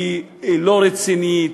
היא לא רצינית,